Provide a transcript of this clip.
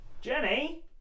Jenny